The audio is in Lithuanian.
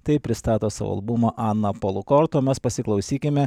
taip pristato savo albumą ana polukort o mes pasiklausykime